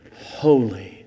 holy